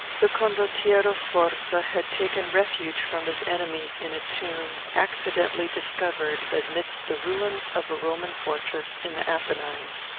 the condottiero sforza had taken refuge from his enemies in a tomb, accidentally discovered amidst the ruins of a roman fortress in the apennines.